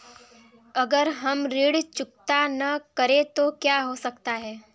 अगर हम ऋण चुकता न करें तो क्या हो सकता है?